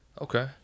Okay